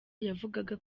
yavugaga